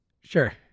Sure